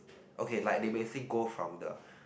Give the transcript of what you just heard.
okay like they basic go from the